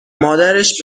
مادرش